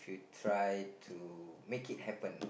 try to make it happen